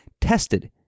tested